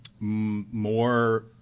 more